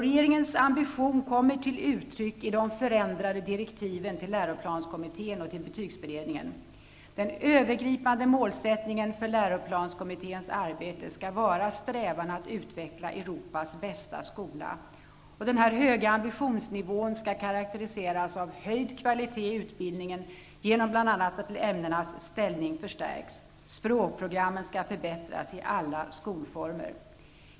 Regeringens ambition kommer till uttryck i de förändrade direktiven till läroplanskommittén och till betygsberedningen. Den övergripande målsättningen för läroplanskommitténs arbete skall vara strävan att utveckla Europas bästa skola. Denna höga ambitionsnivå skall karakteriseras av en höjd kvalitet i utbildningen genom att bl.a. ämnenas ställning förstärks. Språkprogrammen skall förbättras i alla skolformer.